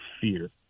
fear